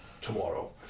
tomorrow